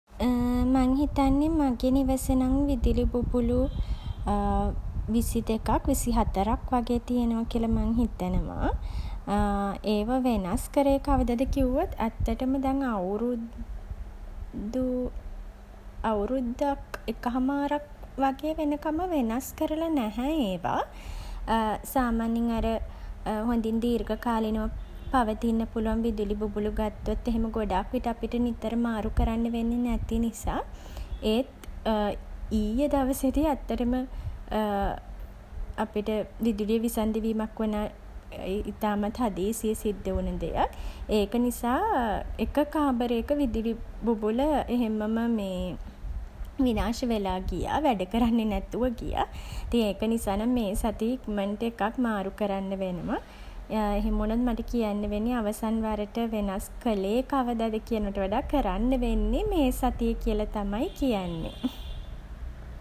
මං හිතන්නේ මගෙ නිවසෙ නම් විදුළි බුබුළු 22ක් 24ක් වගේ තියෙනවා කියල මං හිතනවා. ඒව වෙනස් කරේ කවදද කිව්වොත් ඇත්තටම දැන් අවුරු දු අවුරුද්දක් එක හමාරක් වගේ වෙනකම්ම වෙනස් කරලා නැහැ ඒවා. සාමාන්‍යයෙන් අර හොඳින් දීර්ඝකාලීනව පවතින්න පුළුවන් විදුළි බුබුළු ගත්තොත් එහෙම ගොඩක් විට අපිට නිතර මාරු කරන්න වෙන්නේ නැති නිසා. ඒත් ඊයේ දවසෙදි ඇත්තටම අපිට විදුළිය විසන්ධි වීමක් වුණා ඉතාමත් හදිසියේ සිද්ද වුණ දෙයක්. ඒක නිසා එක කාමරයක විදුළි බුබුල එහෙම්මම මේ විනාශ වෙලා ගියා වැඩ කරන්නෙ නැතුව ගියා. ඉතින් ඒක නිසා නම් මේ සතියෙ ඉක්මනට එකක් මාරු කරන්ඩ වෙනවා. එහෙම වුණොත් නම් මට කියන්න වෙන්නේ අවසන් වරට වෙනස් කළේ කවදද කියනවට වඩා කරන්න වෙන්නේ මේ සතියේ කියල තමයි කියන්නේ.